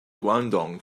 guangdong